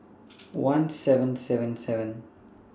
one seven seven seven